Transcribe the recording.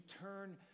turn